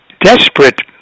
Desperate